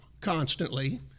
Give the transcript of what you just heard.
constantly